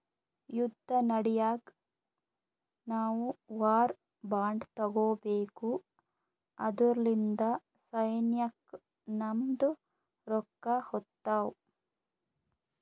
ಯುದ್ದ ನಡ್ಯಾಗ್ ನಾವು ವಾರ್ ಬಾಂಡ್ ತಗೋಬೇಕು ಅದುರ್ಲಿಂದ ಸೈನ್ಯಕ್ ನಮ್ದು ರೊಕ್ಕಾ ಹೋತ್ತಾವ್